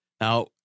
Now